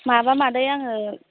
माबा मादै आङो